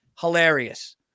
hilarious